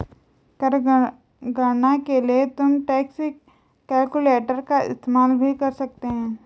कर गणना के लिए तुम टैक्स कैलकुलेटर का इस्तेमाल भी कर सकते हो